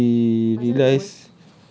then she realise